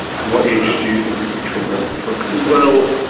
and what age do you think is a trigger for concern? well,